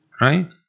Right